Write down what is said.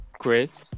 Chris